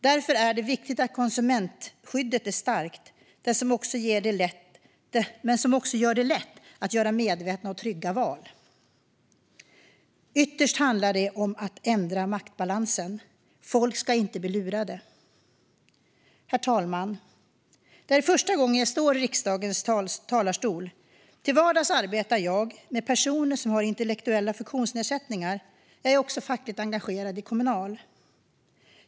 Därför är det viktigt att konsumentskyddet är starkt och också gör det lätt att göra medvetna och trygga val. Ytterst handlar det om att ändra maktbalansen. Folk ska inte bli lurade. Herr talman! Det här är första gången jag står i riksdagens talarstol. Till vardags arbetar jag med personer som har intellektuella funktionsnedsättningar. Jag är också fackligt engagerad i Kommunal.